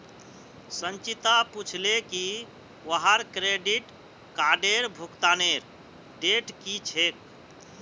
संचिता पूछले की वहार क्रेडिट कार्डेर भुगतानेर डेट की छेक